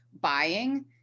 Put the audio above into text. buying